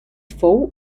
fou